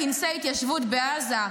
הולך לכנסי התיישבות בעזה.